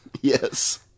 Yes